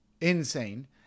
Insane